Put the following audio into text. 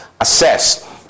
assess